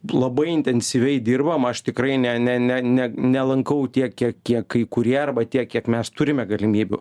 labai intensyviai dirbam aš tikrai ne ne ne ne nelankau tiek kiek kiek kai kurie arba tiek kiek mes turime galimybių